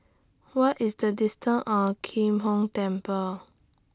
What IS The distance Or Kim Hong Temple